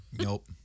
Nope